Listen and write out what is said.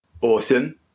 Awesome